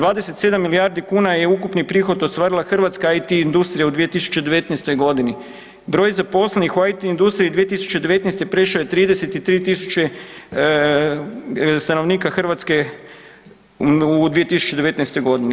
27 milijardi kuna je ukupni prihod ostvarila hrvatska IT industrija u 2019.g., broj zaposlenih u IT industriji 2019. prešao je 33.000 stanovnika Hrvatske u 2019.g.